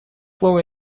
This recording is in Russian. слово